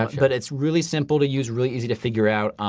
um but it's really simple to use, really easy to figure out.